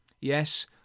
Yes